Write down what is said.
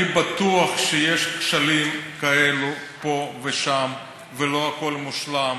אני בטוח שיש כשלים כאלו פה ושם ולא הכול מושלם,